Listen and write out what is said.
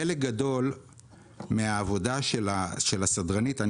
חלק גדול מהעבודה של הסדרנית,